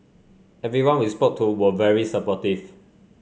everyone we spoke to were very supportive